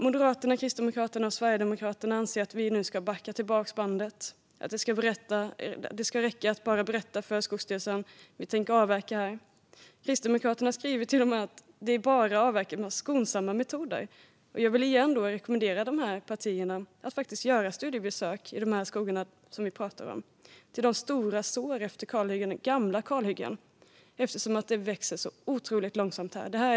Moderaterna, Kristdemokraterna och Sverigedemokraterna anser att vi nu ska backa tillbaka bandet och att det ska räcka med att berätta för Skogsstyrelsen att man tänker avverka. Kristdemokraterna skriver till och med att det i dag bara avverkas med skonsamma metoder. Jag vill återigen rekommendera de här partierna att göra studiebesök i skogarna som vi pratar om och se de stora sår efter gamla kalhyggen som finns eftersom det växer så otroligt långsamt där.